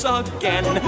again